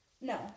No